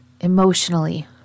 emotionally